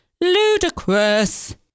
ludicrous